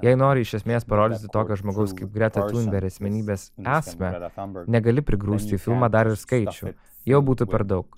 jei nori iš esmės parodyti tokio žmogaus kaip greta tiumberg asmenybės esmę negali prigrūsti į filmą dar ir skaičių jau būtų per daug